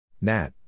Nat